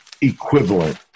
equivalent